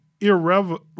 irrelevant